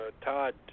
Todd